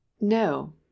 no